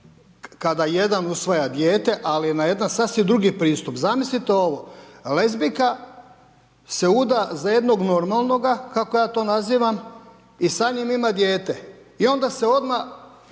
kada jedna usvaja dijete ali na jedna sasvim drugi pristup. Zamislite ovo, lezbijka se uda za jednog normalnoga kako ja to nazivam i sa njim ima dijete. I onda se odmah,